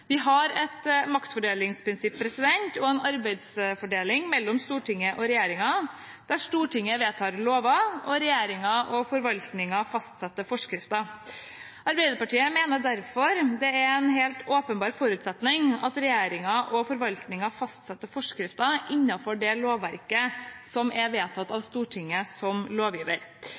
Vi har et maktfordelingsprinsipp og en arbeidsfordeling mellom Stortinget og regjeringen, der Stortinget vedtar lover, og regjeringen og forvaltningen fastsetter forskrifter. Arbeiderpartiet mener derfor det er en helt åpenbar forutsetning at regjeringen og forvaltningen fastsetter forskrifter innenfor det lovverk som er vedtatt av Stortinget som lovgiver.